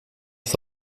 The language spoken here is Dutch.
het